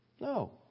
No